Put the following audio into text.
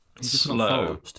slow